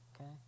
Okay